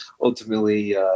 Ultimately